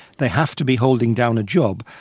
they have to be holding down a job,